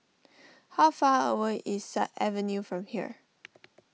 how far away is Sut Avenue from here